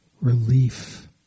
relief